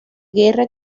guerra